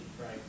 right